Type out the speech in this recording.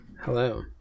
Hello